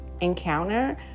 encounter